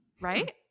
Right